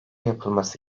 yapılması